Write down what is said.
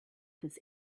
this